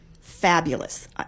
fabulous